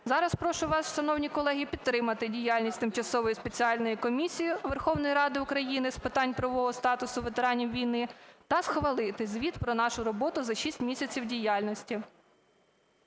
Зараз прошу вас, шановні колеги, підтримати діяльність Тимчасової спеціальної комісії Верховної Ради України з питань правового статусу ветеранів війни та схвалити звіт про нашу роботу за 6 місяців діяльності.